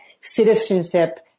citizenship